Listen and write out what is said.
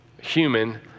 human